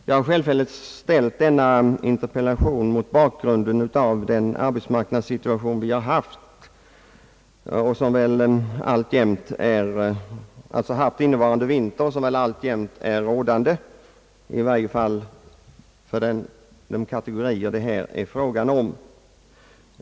Jag har självfallet ställt denna interpellation mot bakgrunden av den arbetsmarknadssituation som rått under innevarande vinter och som väl alltjämt råder, i varje fall för de kategorier det här är fråga om.